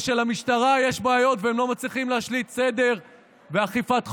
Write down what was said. ושלמשטרה יש בעיות והם לא מצליחים להשליט סדר ואכיפת חוק,